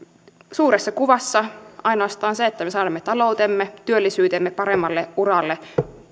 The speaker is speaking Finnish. suuressa kuvassa ainoastaan sitä kautta että me saamme taloutemme työllisyytemme paremmalle uralle